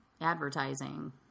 advertising